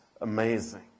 amazing